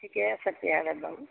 ঠিকে আছে তেতিয়াহ'লে বাৰু